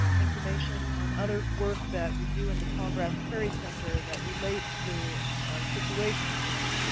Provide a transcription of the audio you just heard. information on other work that we do at the tallgrass prairie center that relates to our situation here.